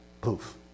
Poof